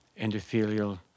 endothelial